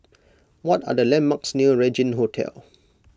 what are the landmarks near Regin Hotel